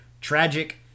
tragic